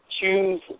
choose